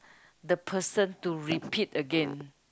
the person to repeat again